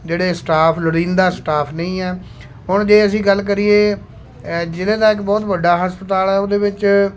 ਜਿਹੜੇ ਸਟਾਫ਼ ਲੋੜੀਂਦਾ ਸਟਾਫ਼ ਨਹੀਂ ਹੈ ਹੁਣ ਜੇ ਅਸੀਂ ਗੱਲ ਕਰੀਏ ਜ਼ਿਲ੍ਹੇ ਦਾ ਇੱਕ ਬਹੁਤ ਵੱਡਾ ਹਸਪਤਾਲ ਹੈ ਉਹਦੇ ਵਿੱਚ